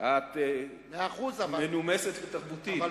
את מנומסת ותרבותית.